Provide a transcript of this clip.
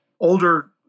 older